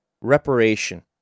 reparation